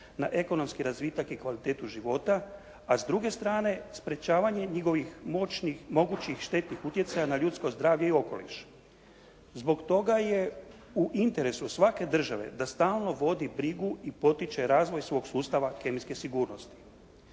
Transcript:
na ekonomski razvitak i kvalitetu života a s druge strane njihovih moćnih, mogućih štetnih utjecaja na ljudsko zdravlje i okoliš. Zbog toga je u interesu svake države da stalno vodi brigu i potiče razvoj svog sustava kemijske sigurnosti.